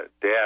Dad